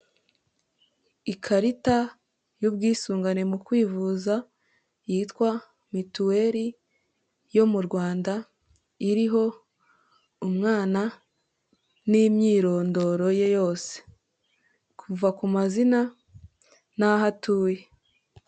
Ikarita y'ubwisungane mu kwivuza yitwa mituweri yo m'u Rwanda, iriho umwana n'imyirondoro ye yose, kuva ku mazina n'aho atuye.